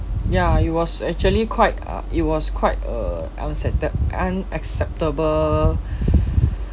ya it was actually quite uh it was quite uh unaccepted~ unacceptable